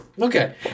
okay